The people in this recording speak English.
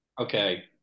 Okay